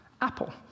apple